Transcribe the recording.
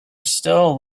still